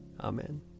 Amen